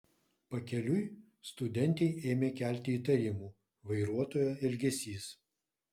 pakeliui studentei ėmė kelti įtarimų vairuotojo elgesys